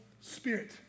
spirit